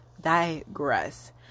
digress